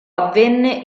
avvenne